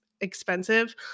expensive